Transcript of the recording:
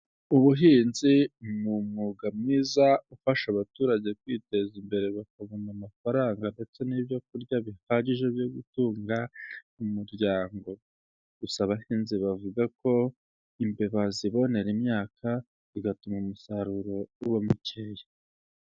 Ubuhinzi ni umwuga mwiza ufasha abaturage kwiteza imbere bakabona amafaranga ndetse n'ibyo kurya bihagije byo gutunga umuryango, gusa abahinzi bavuga ko imbeba zibonera imyaka bigatuma umusaruro uba mukeya.